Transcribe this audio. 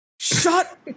Shut